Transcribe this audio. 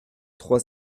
trois